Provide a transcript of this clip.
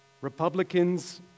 Republicans